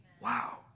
Wow